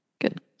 Good